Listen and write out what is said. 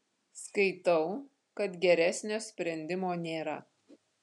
skaitau kad geresnio sprendimo nėra